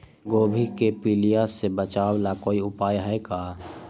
गोभी के पीलिया से बचाव ला कोई उपाय है का?